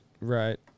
right